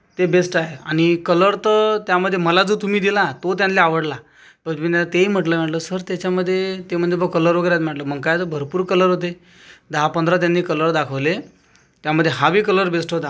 ते बेस्ट आहे आणि कलर तर त्यामध्ये मला जो तुम्ही दिला तो त्यान्ले आवडला मी ना तेही म्हटलं म्हटलं सर त्याच्यामध्ये ते म्हणते भावा कलर वगैरे म्हटलं मग का तर भरपूर कलर होते दहा पंधरा त्यांनी कलर दाखवले त्यामध्ये हा बी कलर बेस्ट होता